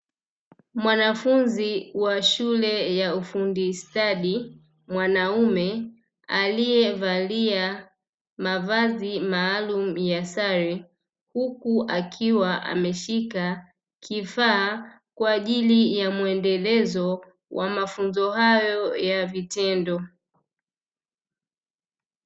Mwanafunzi wa shule ya ufundi stadi. Mwanaume aliyevalia mavazi maalumu ya sare, huku akiwa ameshika kifaa kwa ajili ya muendelezo wa mafunzo hayo ya vitendo.